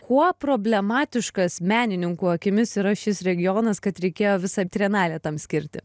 kuo problematiškas menininkų akimis yra šis regionas kad reikėjo visą trienalę tam skirti